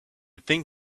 think